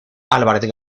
álvarez